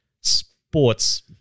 sports